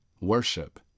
Worship